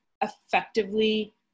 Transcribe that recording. effectively